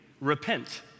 repent